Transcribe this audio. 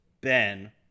ben